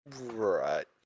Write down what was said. Right